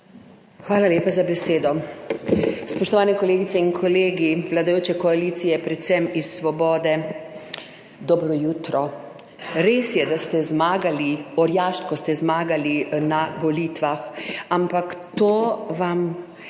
Hvala lepa za besedo. Spoštovane kolegice in kolegi vladajoče koalicije, predvsem iz svobode. Dobro jutro. Res je, da ste zmagali, orjaško ste zmagali na volitvah, ampak to vam še